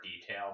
detail